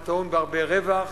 הטעון בהרבה רווח,